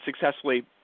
successfully